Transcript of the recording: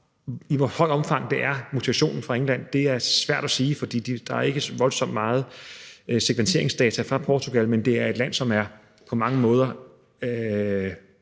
I hvor stort et omfang det er mutationen fra England, er det svært at sige, fordi der ikke er voldsomt meget sekventeringsdata fra Portugal, men vores portugisiske venner er på mange måder